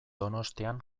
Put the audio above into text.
donostian